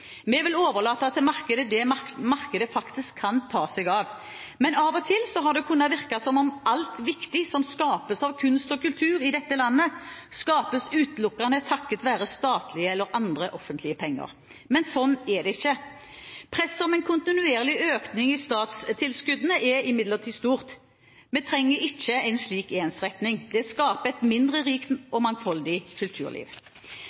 av. Men av og til har det kunnet virke som om alt viktig som skapes av kunst og kultur i dette landet, skapes utelukkende takket være statlige eller andre offentlige penger, men slik er det ikke. Presset om en kontinuerlig økning i statstilskuddene er imidlertid stort. Vi trenger ikke en slik ensretting. Det skaper et mindre rikt